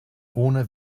ohne